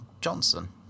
Johnson